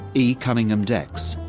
e cunningham dax,